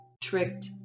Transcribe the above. tricked